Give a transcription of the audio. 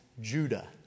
Judah